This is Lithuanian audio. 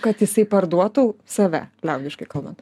kad jisai parduotų save liaudiškai kalbant